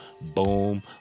Boom